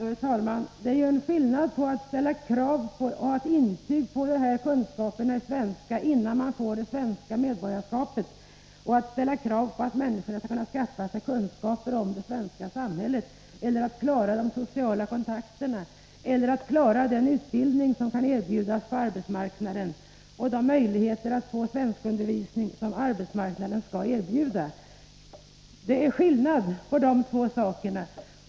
Herr talman! Det är skillnad mellan att å ena sidan ställa krav på ett intyg på kunskaper i svenska språket för att man skall få svenskt medborgarskap och å andra sidan ställa krav på att invandrarna skall kunna skaffa sig kunskaper om det svenska samhället, klara de sociala kontakterna och klara den utbildning som kan erbjudas på arbetsmarknaden — även den undervisning i svenska som arbetsmarknaden skall erbjuda. Det är skillnad på dessa båda saker.